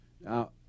Now